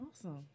Awesome